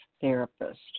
therapist